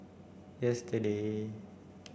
yesterday